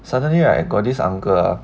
suddenly right got this uncle ah